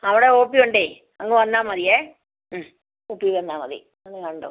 അവിടെ O P ഉണ്ടേ അങ്ങ് വന്നാൽ മതിയേ ഒ പി വന്നാൽമതി വന്ന് കണ്ടോളു